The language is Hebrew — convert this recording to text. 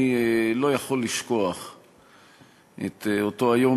אני לא יכול לשכוח את אותו היום,